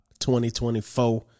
2024